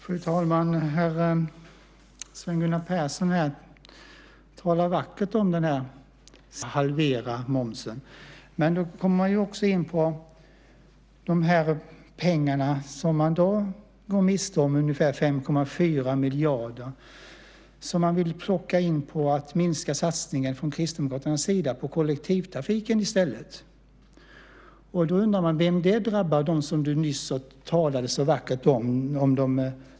Fru talman! Sven Gunnar Persson talar vackert om sin satsning på att halvera momsen. Men då kommer man också in på de pengar som vi därmed går miste om, ungefär 5,4 miljarder. Dem vill man från Kristdemokraternas sida plocka in genom att i stället minska satsningen på kollektivtrafiken. Vem drabbar det, undrar man, om inte de lågavlönade du nyss talade så vackert om?